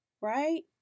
right